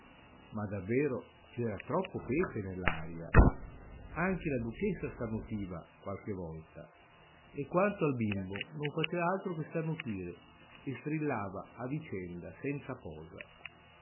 ma davvero c'era troppo pepe nell'aria anche la duchessa starnutiva qualche volta e quanto al bimbo non faceva altro che starnutire e strillava a vicenda senza posa